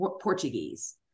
Portuguese